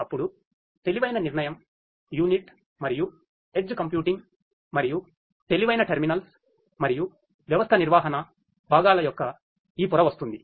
అప్పుడు తెలివైన నిర్ణయం యూనిట్ మరియు ఎడ్జ్ కంప్యూటింగ్ మరియు తెలివైన టెర్మినల్స్ మరియు వ్యవస్థ నిర్వహణ భాగాల యొక్క ఈ పొర వస్తుంది